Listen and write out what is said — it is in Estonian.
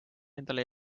endale